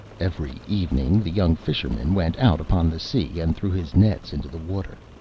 every evening the young fisherman went out upon the sea, and threw his nets into the water.